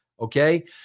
Okay